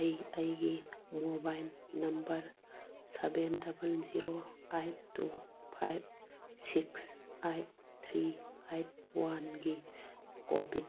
ꯑꯩ ꯑꯩꯒꯤ mobile number seven double zero eight two five six eight three eight ꯋꯥꯟꯒꯤ Covid